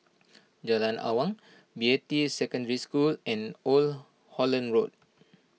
Jalan Awang Beatty Secondary School and Old Holland Road